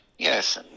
Yes